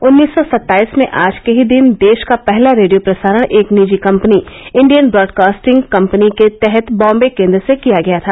उन्नीस सौ सत्ताईस में आज के ही दिन देश का पहला रेडियो प्रसारण एक निजी कंपनी इंडियन ब्रॉडकास्टिंग कंपनी के तहत बॉम्बे केंद्र से किया गया था